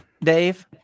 Dave